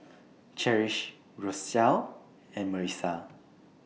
Cherish Rochelle and Marissa